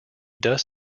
does